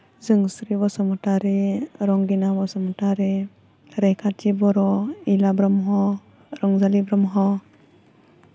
Jonsri Basumatary Rangina Basumatary Raikhathi Boro Moila Brahma Ranjali Brahma